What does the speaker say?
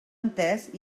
entès